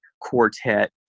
quartet